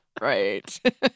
right